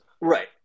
Right